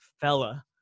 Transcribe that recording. fella